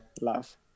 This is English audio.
love